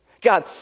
God